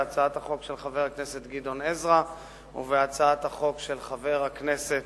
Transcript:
בהצעת החוק של חבר הכנסת גדעון עזרא ובהצעת החוק של חברי הכנסת